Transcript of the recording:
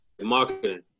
marketing